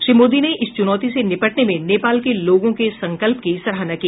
श्री मोदी ने इस चूनौती से निपटने में नेपाल के लोगों के संकल्प की सराहना की